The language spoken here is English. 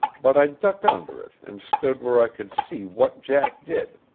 but i ducked under it and stood where i could see what jack did,